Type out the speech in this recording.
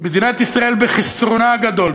מדינת ישראל בחסרונה הגדול,